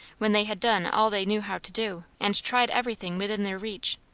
when they had done all they knew how to do, and tried everything within their reach.